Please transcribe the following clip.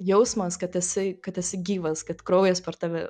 jausmas kad esi kad esi gyvas kad kraujas per tave